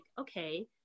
okay